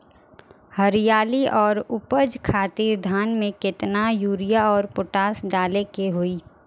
हरियाली और उपज खातिर धान में केतना यूरिया और पोटाश डाले के होई?